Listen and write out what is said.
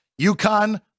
UConn